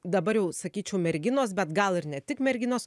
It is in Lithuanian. dabar jau sakyčiau merginos bet gal ir ne tik merginos